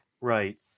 Right